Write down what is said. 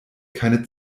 keine